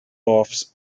offs